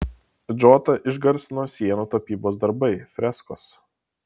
džotą išgarsino sienų tapybos darbai freskos